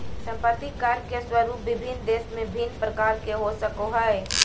संपत्ति कर के स्वरूप विभिन्न देश में भिन्न प्रकार के हो सको हइ